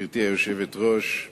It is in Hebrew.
גברתי היושבת-ראש,